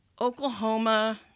Oklahoma